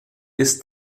ist